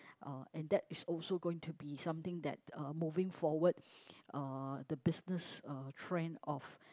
uh and that is also going to be something that uh moving forward uh the business uh trend of